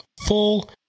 full